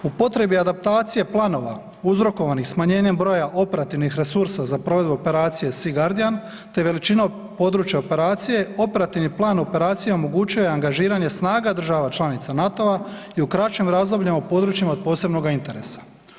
Upotrebi adaptacije planova uzrokovanih smanjenjem broja operativnih resursa za provedbu operacije „Sea guardian“ te veličinom područja operacije, operativni plan operacija omogućuje angažiranje snaga država članica NATO-a i u kraćim razdobljima u područjima od posebnoga interesa.